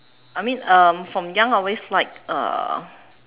I mean um from young I always like uh